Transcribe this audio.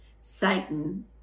Satan